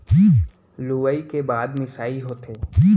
लुवई के बाद मिंसाई होथे